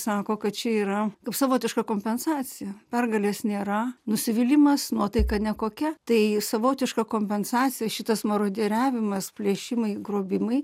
sako kad čia yra kaip savotiška kompensacija pergalės nėra nusivylimas nuotaika nekokia tai savotiška kompensacija šitas morodieriavimas plėšimai grobimai